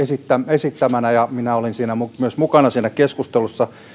esittämänä ja myös minä olin siinä keskustelussa mukana